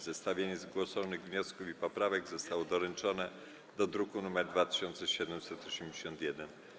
Zestawienie zgłoszonych wniosków i poprawek zostało doręczone do druku nr 2781.